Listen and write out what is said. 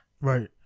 Right